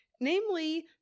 namely